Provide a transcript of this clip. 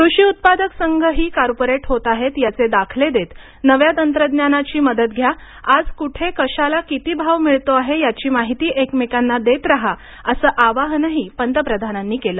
कृषी उत्पादक संघही कार्पोरेट होत आहेत याचे दाखले देत नव्या तंत्रज्ञानाची मदत घ्या आज कुठे कशाला किती भाव मिळतो आहे याची माहिती एकमेकांना देत राहा असे आवाहनही पंतप्रधानांनी केले